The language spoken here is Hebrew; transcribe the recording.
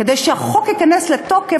כדי שהחוק ייכנס לתוקף,